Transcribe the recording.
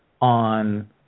on